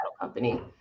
company